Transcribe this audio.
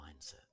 mindset